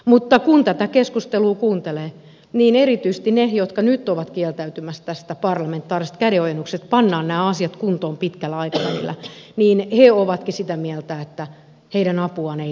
mutta kun tätä keskustelua kuuntelee niin erityisesti ne jotka nyt ovat kieltäytymässä tästä parlamentaarisesta kädenojennuksesta että pannaan nämä asiat kuntoon pitkällä aikavälillä ovatkin sitä mieltä että heidän apuaan ei kaivata